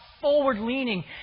forward-leaning